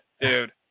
dude